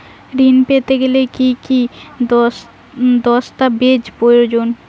ঋণ পেতে গেলে কি কি দস্তাবেজ প্রয়োজন?